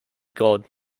god